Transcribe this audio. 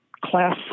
class